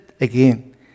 Again